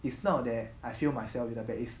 it's not that I feel myself very bad it's